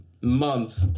month